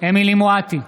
אמילי חיה מואטי,